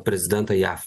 prezidentą jav